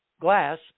glass